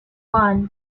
one